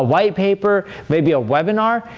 whitepaper, maybe a webinar,